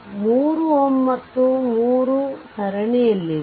ಮತ್ತು ಈ 3 Ω ಮತ್ತು ಈ 3 ಸರಣಿಯಲ್ಲಿದೆ